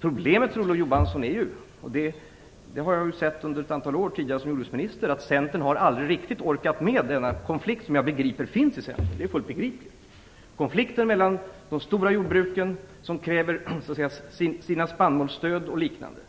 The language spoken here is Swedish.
Problemet för Olof Johansson är ju - det har jag sett under ett antal år tidigare som jordbruksminister - att Centern aldrig riktigt har orkat med denna konflikt som jag förstår finns inom Centern. Det är fullt begripligt. Konflikten står mellan de stora jordbruken som kräver sina spannmålsstöd etc.